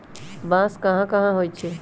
बांस कहाँ होई छई